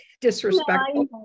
disrespectful